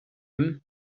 him